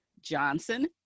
Johnson